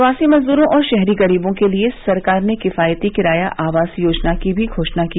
प्रवासी मजदूरों और शहरी गरीबों के लिए सरकार ने किफायती किराया आवास योजना की भी घोषणा की